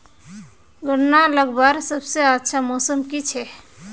गन्ना लगवार सबसे अच्छा मौसम की छे?